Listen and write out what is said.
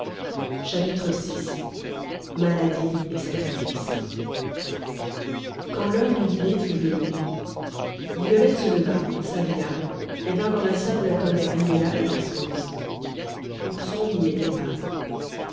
vi maladie et sacrifice quand l'heure du dîner fut venue violette se leva s'habilla et vint dans la salle où l'attendaient agnella et passerose ourson n'y était pas